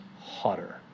hotter